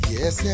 Yes